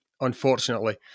unfortunately